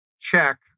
check